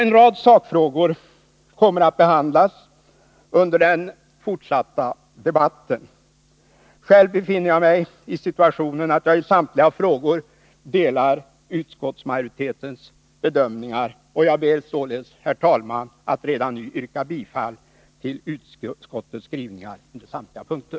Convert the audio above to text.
En rad sakfrågor kommer att behandlas under den fortsatta debatten. Själv befinner jag mig i situationen att jag i samtliga frågor delar utskottsmajoritetens bedömningar. Jag ber således, herr talman, att redan nu få yrka bifall till utskottets skrivningar på samtliga punkter.